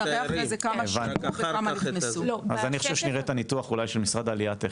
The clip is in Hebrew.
תיכף נראה את הניתוח של משרד העלייה.